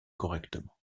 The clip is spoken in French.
correctement